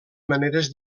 maneres